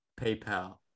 PayPal